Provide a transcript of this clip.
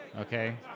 Okay